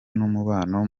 n’umubano